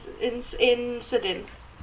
incidents